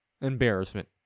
Embarrassment